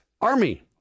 Army